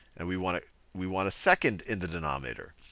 and we want ah we want a second in the denominator.